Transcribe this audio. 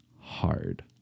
hard